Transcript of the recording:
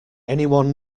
anyone